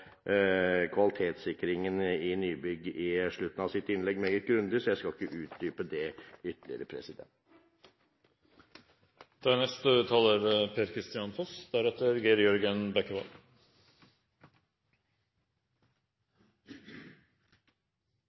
kvalitetssikringen av nybygg i slutten av sitt innlegg, så jeg skal ikke utdype det ytterligere.